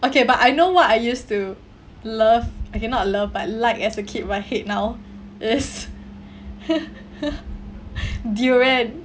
okay but I know what I used to love I cannot love but like as a kid but hate now is durian